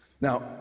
Now